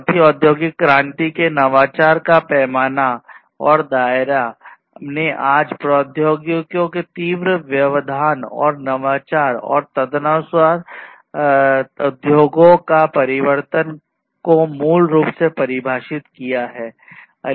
चौथी औद्योगिक क्रांति के नवाचार का पैमाना और दायरा ने आज प्रौद्योगिकियों में तीव्र व्यवधान और नवाचार और तदनुसार उद्योगों का परिवर्तन को मूल रूप से परिभाषित किया गया है